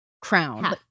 crown